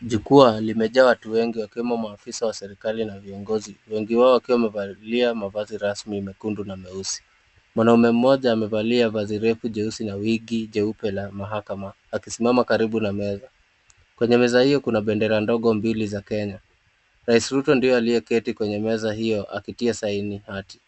Jukuwa limejaa watu wengi wakiwemo maafisa wa serikali na viongozi. Wengi wao wakiwa wamevalia mavasi rasmi ya mekundu na mweusi. Mwanaume moja amevalia vazi refu jeusi na wigi jeupe la mahakama akisimama karibu na meza. Kwenye meza hiyo kuna bendera mbili za kenya. Rais Ruto ndio aliyeketi kwenye meza hiyo akitia sahini hiyo hati.